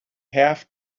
have